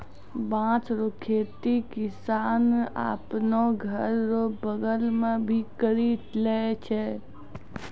बाँस रो खेती किसान आपनो घर रो बगल मे भी करि लै छै